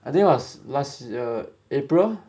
I think was last year april